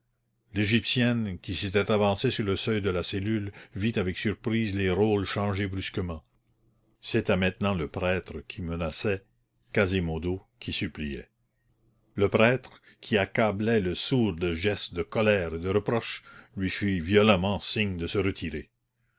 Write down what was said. l'égyptienne qui s'était avancée sur le seuil de la cellule vit avec surprise les rôles changer brusquement c'était maintenant le prêtre qui menaçait quasimodo qui suppliait le prêtre qui accablait le sourd de gestes de colère et de reproche lui fit violemment signe de se retirer